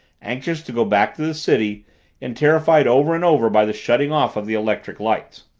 anxious to go back to the city and terrified over and over by the shutting off of the electric lights.